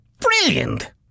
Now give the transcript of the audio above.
Brilliant